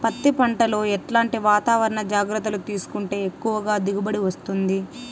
పత్తి పంట లో ఎట్లాంటి వాతావరణ జాగ్రత్తలు తీసుకుంటే ఎక్కువగా దిగుబడి వస్తుంది?